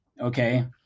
Okay